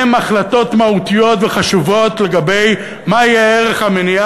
הן החלטות מהותיות וחשובות לגבי מה יהיה ערך המניה